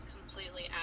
completely